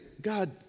God